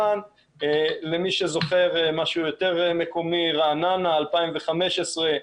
למי שזוכר משהו יותר מקומי, רעננה 2015,